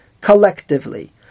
collectively